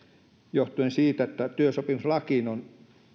johtuen siitä että työsopimuslakiin